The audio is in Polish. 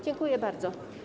Dziękuję bardzo.